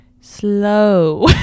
slow